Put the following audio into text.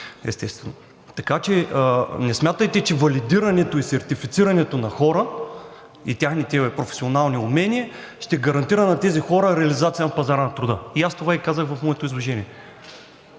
естествено. Така че не смятайте, че валидирането и сертифицирането на хора и техните професионални умения ще гарантира на тези хора реализация на пазара на труда. Аз това и казах в моето изложение.